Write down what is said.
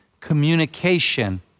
communication